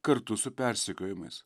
kartu su persekiojimais